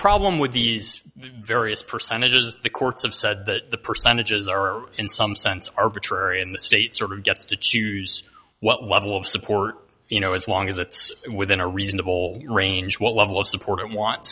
problem with these various percentages the courts have said that the percentages are in some sense arbitrary and the state sort of gets to choose what what'll of support you know as long as it's within a reasonable range what level of support it want